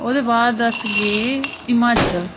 ओह्दे बाद अस गे हे हिमाचल